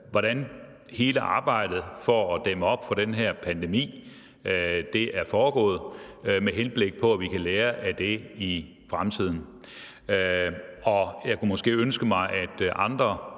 hvordan hele arbejdet for at dæmme op for den her pandemi er foregået – med henblik på at vi kan lære af det i fremtiden. Og jeg kunne måske ønske mig, at andre